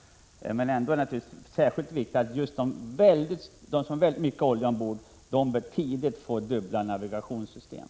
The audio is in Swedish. Ändå är det naturligtvis särskilt viktigt att fartyg som har mycket olja ombord tidigt får förbättrade navigationssystem.